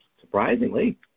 surprisingly